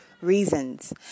reasons